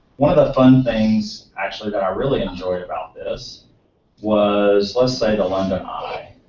one of the fun things, actually, that i really enjoyed about this was, let's say the london eye.